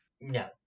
No